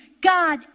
God